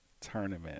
tournament